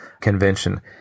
convention